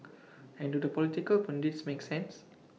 and do the political pundits make sense